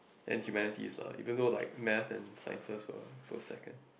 and humanities lah even though like maths and Science were were second